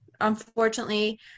unfortunately